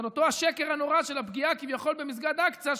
על אותו השקר הנורא של הפגיעה כביכול במסגד אל-אקצא,